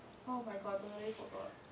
oh my god I totally forgot